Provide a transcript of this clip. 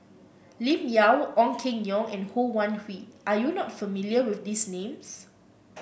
Lim Yau Ong Keng Yong and Ho Wan Hui are you not familiar with these names